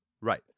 Right